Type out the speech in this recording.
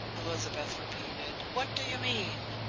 elizabeth repeated. what do you mean?